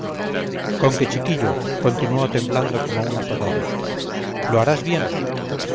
comisión conque chiquillo continuó temblando como un azogado lo harás bien